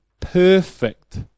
perfect